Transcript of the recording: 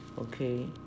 okay